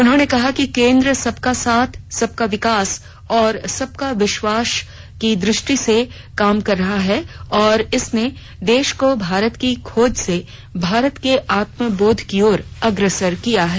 उन्होंने कहा कि केंद्र सबका साथ सबका विकास और सबका विश्वास की दृष्टि से काम कर रहा है और इसने देश को भारत की खोज से भारत के आत्मबोध की ओर अग्रसर किया है